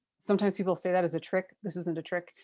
sometimes people say that as a trick. this isn't a trick.